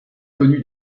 connu